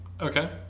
Okay